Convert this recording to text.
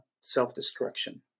self-destruction